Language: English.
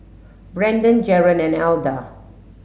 Brendon Jaron and Alda